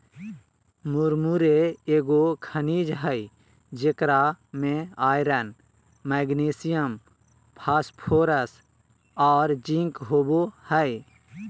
मुरमुरे एगो खनिज हइ जेकरा में आयरन, मैग्नीशियम, फास्फोरस और जिंक होबो हइ